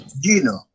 Gino